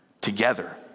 together